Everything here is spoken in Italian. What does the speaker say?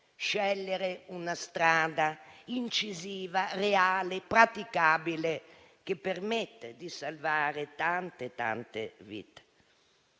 scegliere una strada incisiva, reale, praticabile, che permetta di salvare tante vite.